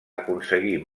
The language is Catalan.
aconseguir